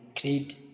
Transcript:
create